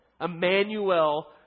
Emmanuel